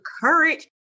courage